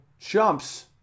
chumps